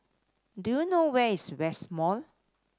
do you know where is West Mall